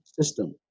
system